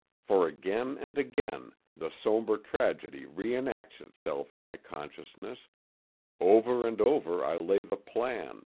for again and again the somber tragedy reenacts itself in my consciousness over and over i lay the plan,